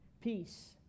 peace